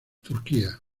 turquía